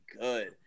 good